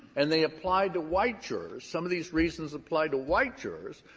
and they applied to white jurors some of these reasons applied to white jurors